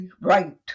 right